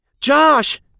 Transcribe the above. Josh